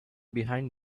behind